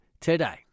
today